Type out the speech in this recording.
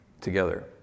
together